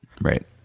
Right